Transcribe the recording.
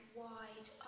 wide